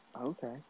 Okay